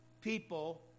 people